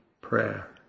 prayer